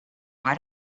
why